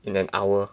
in an hour